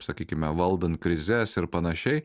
sakykime valdant krizes ir panašiai